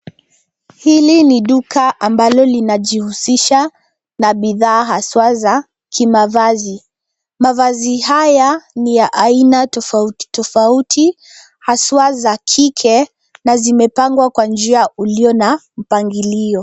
Hili ni duka ambalo linajihusisha na bidhaa haswa za kimavazi. Mavazi haya ni ya aina tofauti tofauti haswa za kike na zimepangwa kwa njia uliyo na mpangilio.